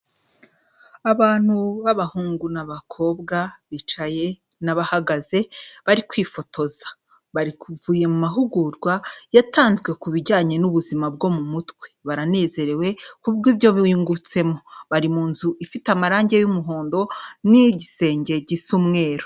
Abantu b'abahungu n'abakobwa bicaye n'abahagaze, bari kwifotoza. Bavuye mu mahugurwa yatanzwe kubijyanye n'ubuzima bwo mu mutwe. Baranezerewe kubw'ibyo bungutsemo. Bari mu nzu ifite amarange y'umuhondo n'igisenge gisa umweru.